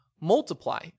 multiply